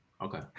Okay